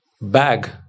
bag